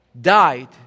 died